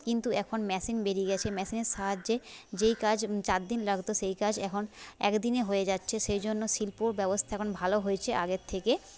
কিন্তু এখন মেশিন বেরিয়ে গেছে মেশিনের সাহায্যে যেই কাজ চার দিন লাগতো সেই কাজ এখন এক দিনে হয়ে যাচ্ছে সেই জন্য শিল্পর ব্যবস্থা এখন ভালো হয়েছে আগের থেকে